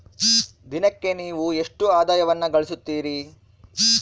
ದಿನಕ್ಕೆ ನೇವು ಎಷ್ಟು ಆದಾಯವನ್ನು ಗಳಿಸುತ್ತೇರಿ?